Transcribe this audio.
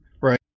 Right